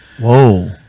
Whoa